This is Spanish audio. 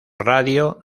radio